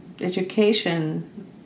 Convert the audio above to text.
education